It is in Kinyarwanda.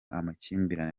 amakimbirane